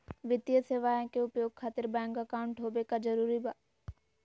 वित्तीय सेवाएं के उपयोग खातिर बैंक अकाउंट होबे का जरूरी बा?